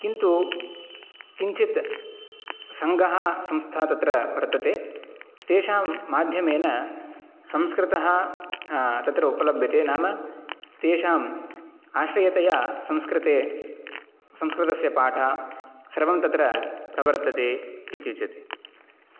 किन्तु किञ्चित् सङ्घः संस्था तत्र वर्तते तेषां माध्यमेन संस्कृतं तत्र उपलभ्यते नाम तेषाम् आश्रयतया संस्कृते संस्कृतस्य पाठ सर्वं तत्र प्रवर्तते इत्युच्यते